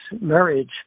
marriage